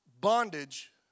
Bondage